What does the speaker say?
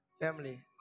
family